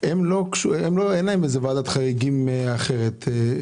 - אין להם ועדת חריגים אחרת.